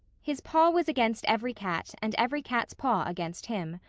his paw was against every cat, and every cat's paw against him.